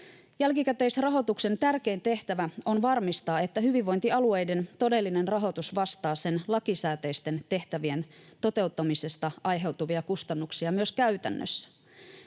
Jälkikäteisrahoituksen tärkein tehtävä on varmistaa, että hyvinvointialueen todellinen rahoitus vastaa sen lakisääteisten tehtävien toteuttamisesta aiheutuvia kustannuksia myös käytännössä.